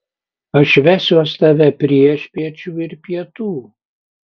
aš vesiuos tave priešpiečių ir pietų